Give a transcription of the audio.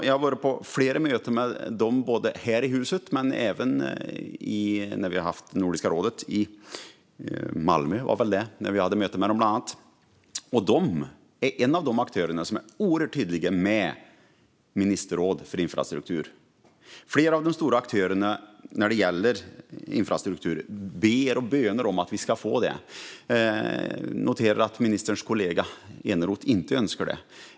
Jag har varit på flera möten med dem både här i huset och även när vi har haft möten i Nordiska rådet i bland annat Malmö. Det är en av de aktörerna som är oerhört tydliga med att det behövs ett ministerråd för infrastruktur. Flera av de stora aktörerna när det gäller infrastruktur ber och bönar om att vi ska få det. Jag noterar att ministerns kollega Eneroth inte önskar det.